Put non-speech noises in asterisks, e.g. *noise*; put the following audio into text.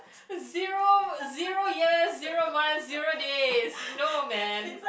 *laughs* zero zero years zero months zero days no man